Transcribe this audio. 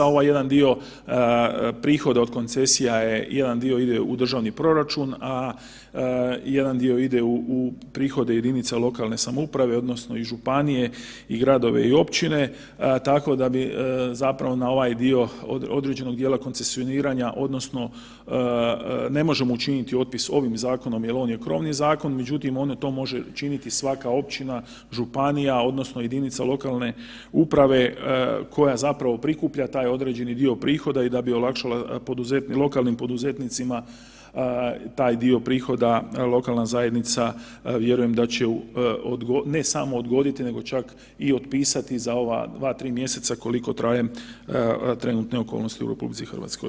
Ovaj jedan dio prihoda od koncesija je, jedan dio ide u državni proračun, a jedan dio ide u prihode jedinica lokalne samouprave odnosno i županije i gradove i općine, tako da bi zapravo na ovaj dio određenog dijela koncesioniranja odnosno ne možemo učiniti otpis ovim zakonom jer on je krovni zakon, međutim, ono to može učiniti svaka općina, županija, odnosno jedinica lokalne uprave koja zapravo prikuplja taj određeni dio prihoda i da bi olakšalo lokalnim poduzetnicima taj dio prihoda lokalna zajednica vjerujem da će, ne samo odgoditi nego čak i otpisati za ova 2, 3 mjeseca, koliko traje trenutne okolnosti u RH.